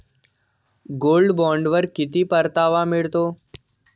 Gold बॉण्डवर किती परतावा मिळतो?